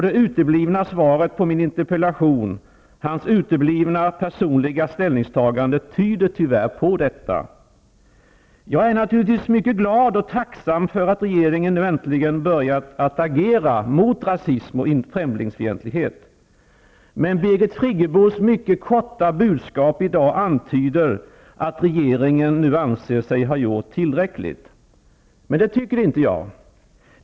Det uteblivna svaret på min interpellation, hans uteblivna personliga ställningstagande, tyder tyvärr på detta! Jag är naturligtvis glad och tacksam för att regeringen nu äntligen börjat att agera mot rasism och främlingsfientlighet. Men Birgit Friggebos mycket korta budskap i dag antyder att regeringen nu anser sig ha gjort tillräckligt. Men det tycker inte jag!